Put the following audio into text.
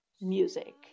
music